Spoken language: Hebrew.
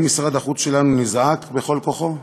האם משרד החוץ שלנו נזעק בכל כוחו?